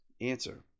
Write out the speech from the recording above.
Answer